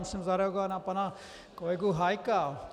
Musím zareagovat na pana kolegu Hájka.